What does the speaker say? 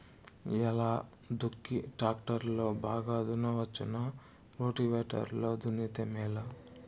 ఎలా దుక్కి టాక్టర్ లో బాగా దున్నవచ్చునా రోటివేటర్ లో దున్నితే మేలా?